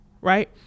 right